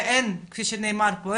וכפי שנאמר פה,